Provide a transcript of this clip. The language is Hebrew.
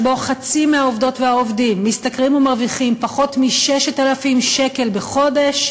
שבו חצי מהעובדות והעובדים משתכרים ומרוויחים פחות מ-6,000 שקל בחודש,